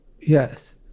Yes